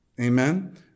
Amen